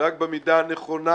רק במידה הנכונה,